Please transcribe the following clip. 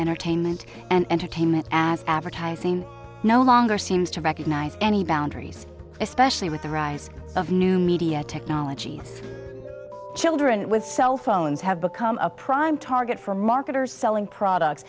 taint and entertainment as advertising no longer seems to recognize any boundaries especially with the rise of new media technologies children with cell phones have become a prime target for marketers selling products